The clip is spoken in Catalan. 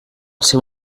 seu